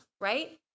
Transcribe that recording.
right